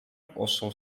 also